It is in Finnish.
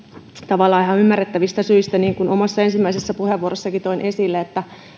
tavallaan ihan ymmärrettävistä syistä niin kuin omassa ensimmäisessä puheenvuorossanikin toin esille